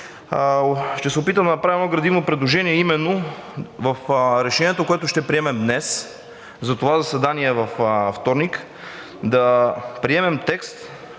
Ще се опитам да направя едно градивно предложение, а именно – в решението, което ще приемем днес за заседанието във вторник, да приемем текст,